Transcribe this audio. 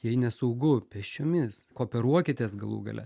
jei nesaugu pėsčiomis kooperuokitės galų gale